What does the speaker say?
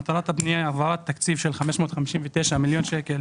מטרת הפנייה היא העברת תקציב של 559 מיליון שקל